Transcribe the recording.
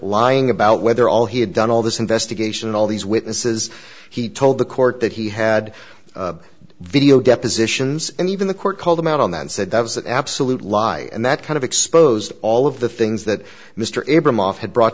lying about whether all he had done all this investigation all these witnesses he told the court that he had video depositions and even the court called him out on that said that was absolute lie and that kind of exposed all of the things that mr abr